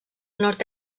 nord